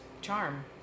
charm